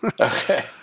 Okay